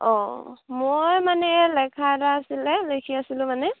অঁ মই মানে লেখা এটা আছিলে লিখি আছিলো মানে